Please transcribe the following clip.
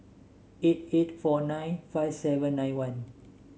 eight eight four nine five seven nine one